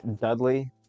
Dudley